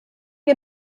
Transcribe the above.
get